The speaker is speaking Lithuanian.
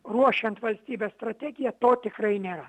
ruošiant valstybės strategiją to tikrai nėra